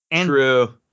True